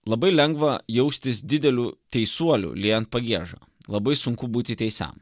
labai lengva jaustis dideliu teisuoliu liejant pagiežą labai sunku būti teisiam